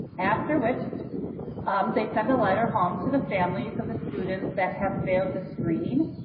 after which they send a letter home to the families of the students that have failed the screening,